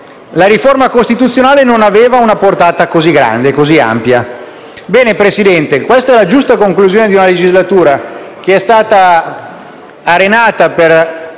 la riforma costituzionale non aveva una portata così grande e così ampia. Ebbene, Presidente, questa è la giusta conclusione di una legislatura che è stata arenata per